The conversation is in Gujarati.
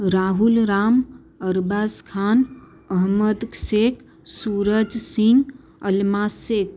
રાહુલ રામ અરબાઝ ખાન મહંમદ શેખ સુરજસિંઘ અલ્મા શેખ